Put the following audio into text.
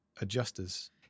adjusters